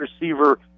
receiver